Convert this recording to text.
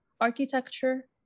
architecture